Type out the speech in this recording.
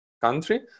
country